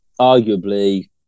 arguably